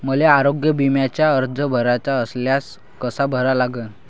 मले आरोग्य बिम्याचा अर्ज भराचा असल्यास कसा भरा लागन?